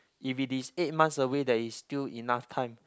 if it is eight months away there is still enough time